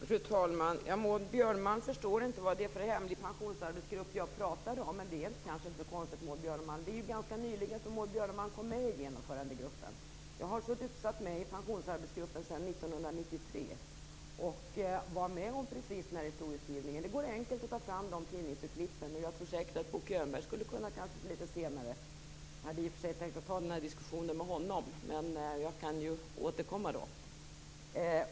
Fru talman! Maud Björnemalm förstår inte vad det är för hemlig pensionsarbetsgrupp som jag talar om. Det är kanske inte så konstigt. Maud Björnemalm kom ju ganska nyligen med i Genomförandegruppen. Jag satt med i pensionsarbetsgruppen sedan 1993 och var med om precis den historieskrivningen. Det är enkelt att ta fram de tidningsurklippen. Jag tror att Bo Könberg senare kan beröra detta. I och för sig hade jag tänkt ta den här diskussionen med honom men jag får väl återkomma då.